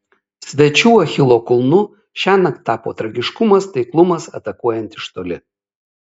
svečių achilo kulnu šiąnakt tapo tragiškumas taiklumas atakuojant iš toli